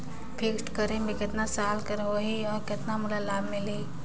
Fixed करे मे कतना साल कर हो ही और कतना मोला लाभ मिल ही?